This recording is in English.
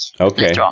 Okay